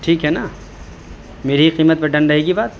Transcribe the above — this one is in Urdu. ٹھیک ہے نا میری ہی قیمت پہ ڈن رہے گی بات